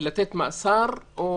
לתת מאסר או